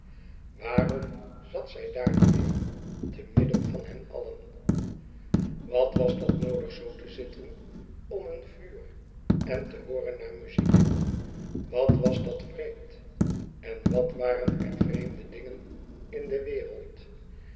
waarom zat zij daar nu weêr te midden van hen allen wat was dat noodig zoo te zitten om een vuur en te hooren naar muziek wat was dat vreemd en wat waren er vreemde dingen in de wereld